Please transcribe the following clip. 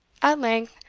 at length,